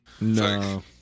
no